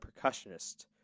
percussionist